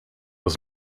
was